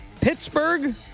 Pittsburgh